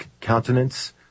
countenance